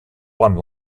one